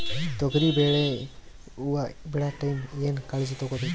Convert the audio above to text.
ತೊಗರಿಬೇಳೆ ಹೊವ ಬಿಡ ಟೈಮ್ ಏನ ಕಾಳಜಿ ತಗೋಬೇಕು?